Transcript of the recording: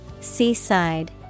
Seaside